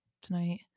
tonight